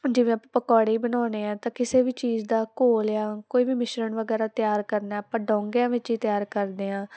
ਜਿਵੇਂ ਆਪਾਂ ਪਕੌੜੇ ਹੀ ਬਣਾਉਂਦੇ ਹਾਂ ਤਾਂ ਕਿਸੇ ਵੀ ਚੀਜ਼ ਦਾ ਘੋਲ ਆ ਕੋਈ ਵੀ ਮਿਸ਼ਰਣ ਵਗੈਰਾ ਤਿਆਰ ਕਰਨਾ ਆਪਾਂ ਡੌਗਿਆਂ ਵਿੱਚ ਹੀ ਤਿਆਰ ਕਰਦੇ ਹਾਂ